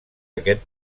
aquest